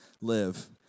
live